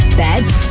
beds